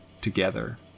together